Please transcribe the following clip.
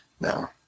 No